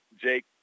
Jake